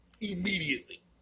Immediately